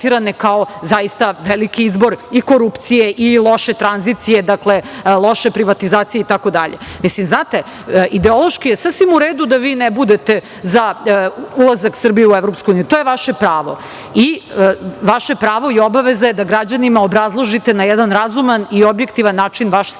kao zaista veliki izbor i korupcije i loše tranzicije, dakle, loše privatizacije itd. Mislim, znate, ideološki je sasvim u redu da vi ne budete za ulazak Srbije u EU, to je vaše pravo. Vaše pravo i obaveza je da građanima obrazložite na jedan razuman i objektivan način vaš stav,